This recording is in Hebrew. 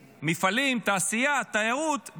מפעלים, תעשייה, תיירות.